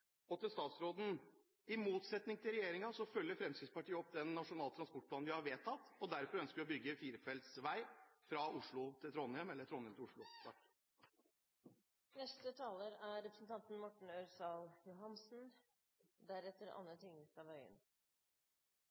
Så til statsråden: I motsetning til regjeringen følger Fremskrittspartiet opp den nasjonale transportplanen som vi har vedtatt, og derfor ønsker vi å bygge firefelts vei fra Oslo til Trondheim eller Trondheim til Oslo. Jeg er